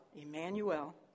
Emmanuel